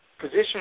position